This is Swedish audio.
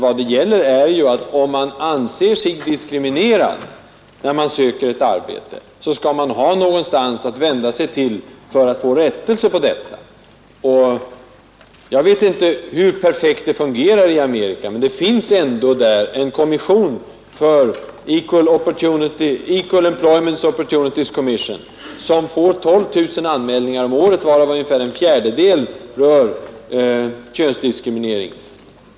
Vad det gäller är ju att den som anser sig diskriminerad, när man söker ett arbete, skall kunna vända sig någonstans för att få rättelse. Jag vet inte hur väl det fungerar i Amerika, men där finns ändå en kommission — Equal Employments Opportunities Commission — som får 12000 anmälningar om året, varav ungefär en fjärdedel rör könsdiskriminering.